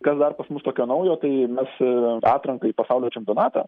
kas dar pas mus tokio naujo tai mes atranką į pasaulio čempionatą